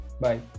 bye